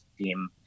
team